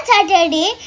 Saturday